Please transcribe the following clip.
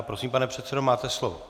Prosím, pane předsedo, máte slovo.